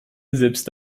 selbst